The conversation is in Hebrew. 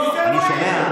תודה.